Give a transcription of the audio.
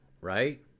right